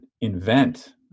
invent